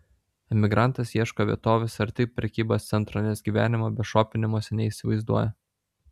emigrantas ieško vietovės arti prekybos centro nes gyvenimo be šopinimosi neįsivaizduoja